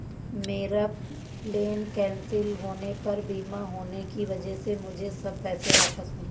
मेरा plane cancel होने पर बीमा होने की वजह से मुझे सब पैसे वापस मिले